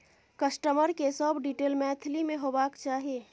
customer के सब detail Maithili में होबाक चाही